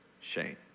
shame